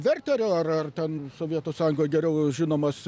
verterio ar ar ten sovietų sąjungoj geriau žinomas